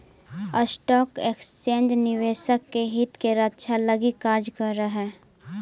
stock exchange निवेशक के हित के रक्षा लगी कार्य करऽ हइ